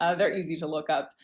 ah they're easy to look up.